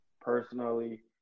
Personally